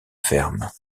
ferme